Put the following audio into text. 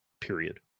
period